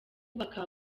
bakaba